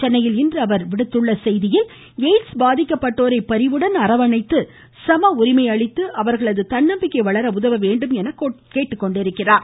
சென்னையில் இன்று அவர் விடுத்துள்ள செய்தியில் எயிட்ஸ் பாதிக்கப்ட்டோரை பரிவுடன் அரவணைத்து சமஉரிமை அளித்து அவர்களது தன்னம்பிக்கை வளர உதவ வேண்டும் என கேட்டுக்கொண்டுள்ளார்